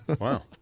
Wow